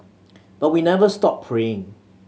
but we never stop praying